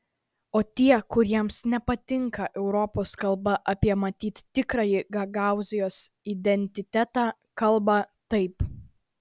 o tie kuriems nepatinka europos kalba apie matyt tikrąjį gagaūzijos identitetą kalba taip